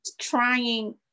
trying